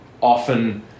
often